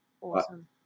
Awesome